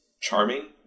charming